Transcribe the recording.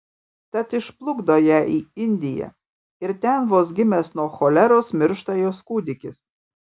tad išplukdo ją į indiją ir ten vos gimęs nuo choleros miršta jos kūdikis